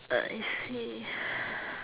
uh I see